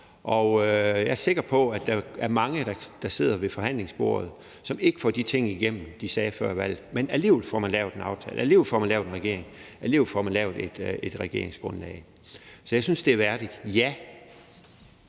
Og jeg er sikker på, at der er mange, der sidder ved forhandlingsbordet, som ikke får de ting igennem, de sagde før valget, men alligevel får man lavet en aftale, alligevel får man lavet en regering, og alligevel får man lavet et regeringsgrundlag. Så ja, jeg synes, det er værdigt. Kl.